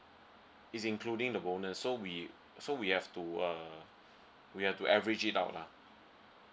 it's including the bonus so we so we have to uh we have to average it out lah